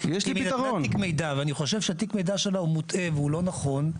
או אם היא נתנה תיק מידע ואני חושב שתיק המידע שלה הוא מוטעה ולא נכון,